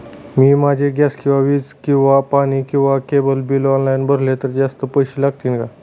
मी माझे गॅस किंवा वीज किंवा पाणी किंवा केबल बिल ऑनलाईन भरले तर जास्त पैसे लागतील का?